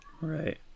Right